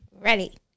ready